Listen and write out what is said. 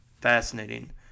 fascinating